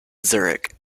zurich